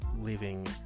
living